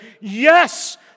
yes